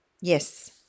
Yes